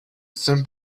thin